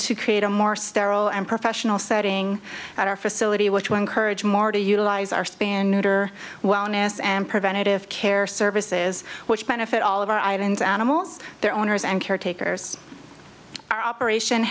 to create a more sterile and professional setting at our facility which were encouraged more to utilize our span neuter wellness and preventative care services which benefit all of our islands animals their owners and caretakers our operation